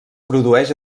produeix